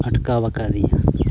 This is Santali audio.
ᱟᱴᱠᱟᱣ ᱟᱠᱟᱫᱤᱧᱟ